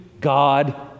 God